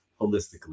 holistically